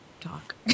talk